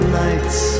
nights